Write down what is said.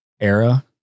era